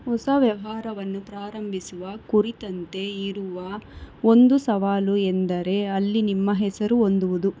ಹೊಸ ವ್ಯವಹಾರವನ್ನು ಪ್ರಾರಂಭಿಸುವ ಕುರಿತಂತೆ ಇರುವ ಒಂದು ಸವಾಲು ಎಂದರೆ ಅಲ್ಲಿ ನಿಮ್ಮ ಹೆಸರು ಹೊಂದುವುದು